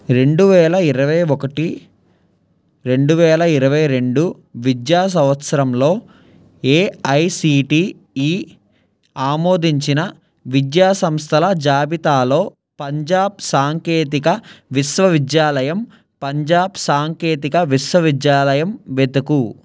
రెండువేల ఇరవై ఒకటి రెండువేల ఇరవై రెండు విద్యా సంవత్సరంలో ఏఐసిటిఈ ఆమోదించిన విద్యా సంస్థల జాబితాలో పంజాబ్ సాంకేతిక విశ్వవిద్యాలయం పంజాబ్ సాంకేతిక విశ్వవిద్యాలయం వెతుకు